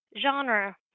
genre